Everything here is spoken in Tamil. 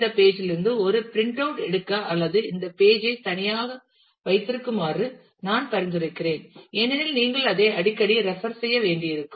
இந்த பேஜ் லிருந்து ஒரு பிரிண்ட் அவுட் எடுக்க அல்லது இந்த பேஜ் ஐ தனித்தனியாக வைத்திருக்குமாறு நான் பரிந்துரைக்கிறேன் ஏனெனில் நீங்கள் அதை அடிக்கடி ரெப்பர் செய்ய வேண்டியிருக்கும்